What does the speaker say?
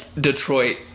Detroit